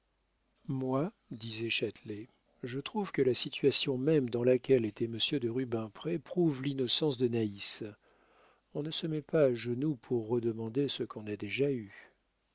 moi disait châtelet je trouve que la situation même dans laquelle était monsieur de rubempré prouve l'innocence de naïs on ne se met pas à genoux pour redemander ce qu'on a déjà eu